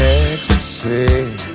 ecstasy